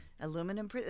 aluminum